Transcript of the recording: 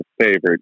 favorite